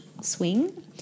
swing